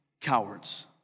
cowards